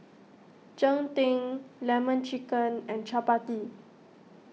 Cheng Tng Lemon Chicken and Chappati